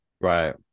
Right